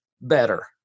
better